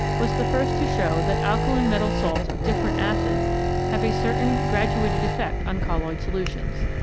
was the first to show that alkaline metal salts of different acids have a certain graduated effect on colloid solutions.